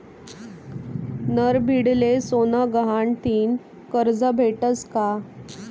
नडभीडले सोनं गहाण ठीन करजं भेटस का?